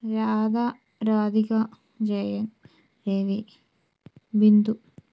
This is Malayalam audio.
രാധ രാധിക ജയൻ രവി ബിന്ദു